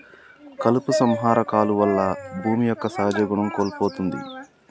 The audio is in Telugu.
కలుపు సంహార కాలువల్ల భూమి యొక్క సహజ గుణం కోల్పోతుంది